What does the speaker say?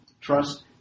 trust